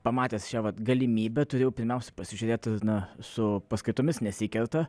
pamatęs šią vat galimybę turėjau pirmiausia pasižiūrėti na su paskaitomis nesikerta